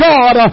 God